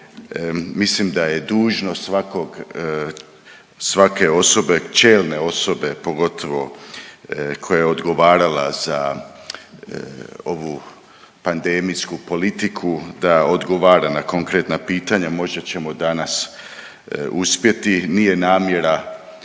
mislim da je dužnost svakog, svake osobe, čelne osobe, pogotovo koja je odgovarala za ovu pandemijsku politiku da odgovara na konkretna pitanja, možda ćemo danas uspjeti. Nije namjera